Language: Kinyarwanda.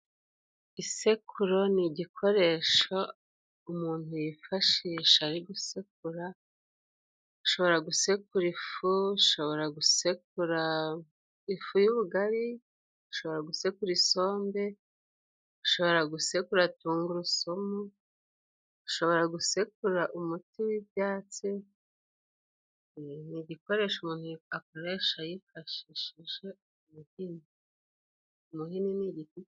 Isekuru ni igikoresho umuntu yifashisha ari gusekura. Ushobora gusekura ifu ushobora gusekura ifu y'ubugari, ushobora gusekura isombe, ushobora gusekura tungurusumu, ushobora gusekura umuti w'ibyatsi. Ni igikoresho umuntu akoresha yifashishije umuhi.